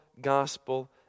gospel